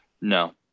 No